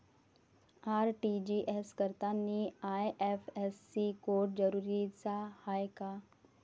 RTGS करतांनी IFSC code जरुरीचा हाय का?